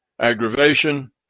aggravation